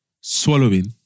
swallowing